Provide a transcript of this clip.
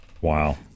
Wow